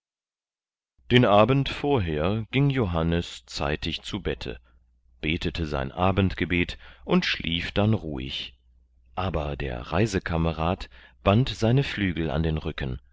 den abend vorher ging johannes zeitig zu bette betete sein abendgebet und schlief dann ruhig aber der reisekamerad band seine flügel an den rücken